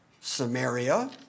Samaria